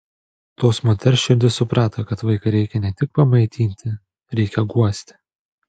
tos moters širdis suprato kad vaiką reikia ne tik pamaitinti reikia guosti